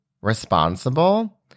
responsible